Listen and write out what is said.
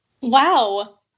Wow